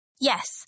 Yes